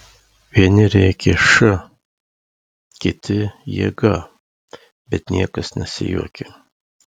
vieni rėkė š kiti jėga bet niekas nesijuokė